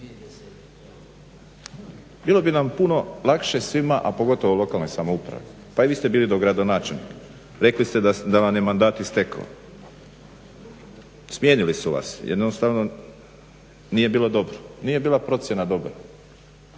Bilo bi nam puno lakše svima a pogotovo lokalnoj samoupravi. Pa i vi ste bili dogradonačelnik. Rekli ste da vam je mandat istekao. Smijenili su vas, jednostavno nije bilo dobro, nije bila procjena dobra.